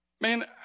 man